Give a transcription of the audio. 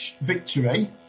victory